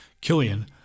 killian